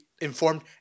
informed